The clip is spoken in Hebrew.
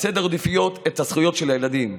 סדר העדיפויות את הזכויות של הילדים.